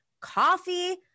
coffee